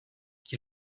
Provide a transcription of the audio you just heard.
qui